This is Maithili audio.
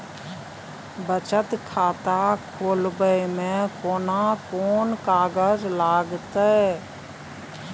बचत खाता खोलबै में केना कोन कागज लागतै?